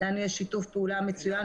לנו יש שיתוף פעולה מצוין,